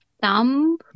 thumb